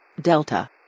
Delta